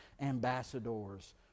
ambassadors